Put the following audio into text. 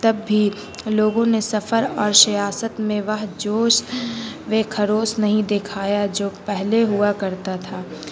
تب بھی لوگوں نے سفر اور سیاست میں وہ جوش و خروش نہیں دکھایا جو پہلے ہوا کرتا تھا